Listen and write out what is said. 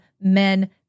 men